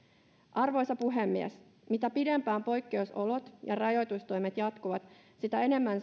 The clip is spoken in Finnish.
arvoisa puhemies mitä pidempään poikkeusolot ja rajoitustoimet jatkuvat sitä enemmän